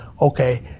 okay